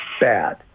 bad